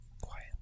quiet